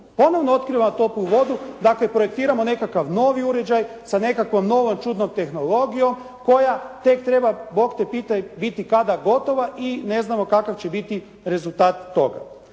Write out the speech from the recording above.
Ponovo otkrivamo toplu vodu. Dakle projektiramo nekakav novi uređaj sa nekakvom novom čudnom tehnologijom koja tek treba «Bog te pitaj» biti kada gotova i ne znamo kakav će biti rezultat toga.